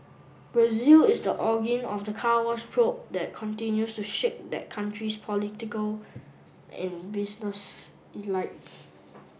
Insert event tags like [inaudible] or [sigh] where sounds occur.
Brazil is the [unintelligible] of the Car Wash probe that continues to shake that country's political and business [unintelligible]